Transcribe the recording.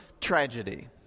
tragedy